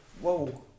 Whoa